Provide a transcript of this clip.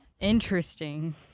Interesting